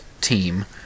team